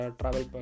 travel